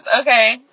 okay